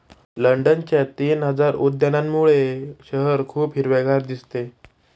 लंडनच्या तीन हजार उद्यानांमुळे शहर खूप हिरवेगार दिसते